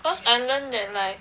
cause ぉ learn that like